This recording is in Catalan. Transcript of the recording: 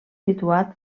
situat